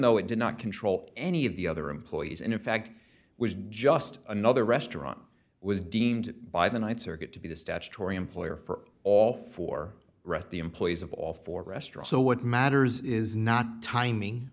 though it did not control any of the other employees and in fact was just another restaurant was deemed by the th circuit to be the statutory employer for all four right the employees of all four restaurant so what matters is not timing